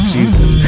Jesus